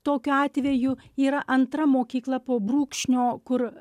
tokiu atveju yra antra mokykla po brūkšnio kur